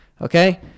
Okay